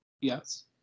Yes